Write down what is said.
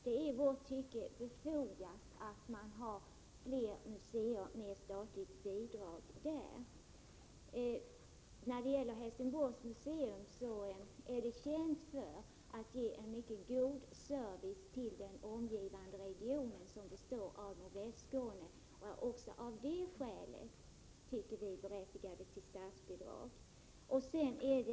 Det är i vårt tycke därför befogat att ha flera museer med statligt bidrag där. Helsingborgs museum är känt för att ge en mycket god service till den omgivande regionen, som består av Nordvästskåne, och också av det skälet tycker vi att det är berättigat till statsbidrag.